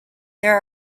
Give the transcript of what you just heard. there